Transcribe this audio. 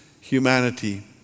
humanity